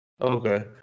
Okay